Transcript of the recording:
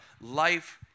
life